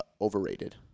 overrated